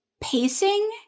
pacing